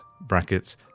brackets